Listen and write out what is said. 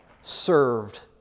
served